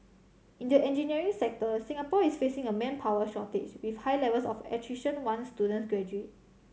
in the engineering sector Singapore is facing a manpower shortage with high levels of attrition once student graduate